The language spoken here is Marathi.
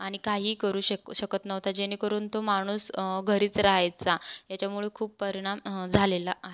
आणि काही करू शक शकत नव्हता जेणेकरून तो माणूस घरीच राहायचा याच्यामुळे खूप परिणाम झालेला आहे